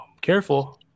Careful